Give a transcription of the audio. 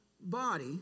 body